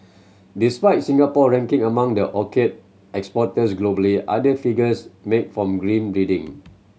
despite Singapore ranking among the orchid exporters globally other figures make for grim reading